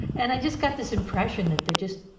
and i just got this impression that they just.